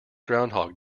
groundhog